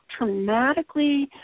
traumatically